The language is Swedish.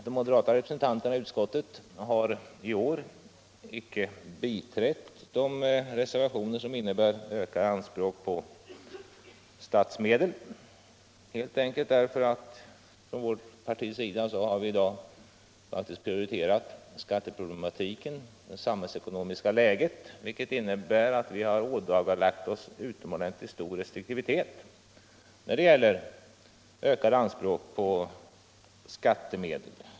De moderata representanterna i utskottet har i år icke biträtt de reservationer som innebär ökade anspråk på statsmedel, helt enkelt därför att vi inom vårt parti har prioriterat skatteproblematiken och det sam 15 hällsekonomiska läget, vilket innebär att vi har pålagt oss en utomordentligt stor restriktivitet när det gäller ökade anspråk på skattemedel.